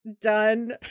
done